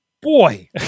Boy